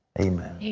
amen.